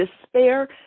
despair